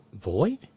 Void